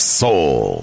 soul